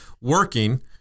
working